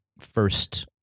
first